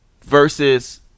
Versus